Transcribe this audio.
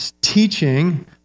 teaching